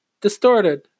Distorted